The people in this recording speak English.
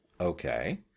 Okay